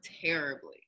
terribly